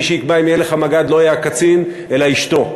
מי שיקבע אם יהיה לך מג"ד לא יהיה הקצין אלא אשתו.